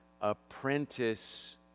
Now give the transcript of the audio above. apprentice